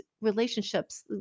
relationships